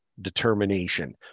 determination